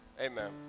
Amen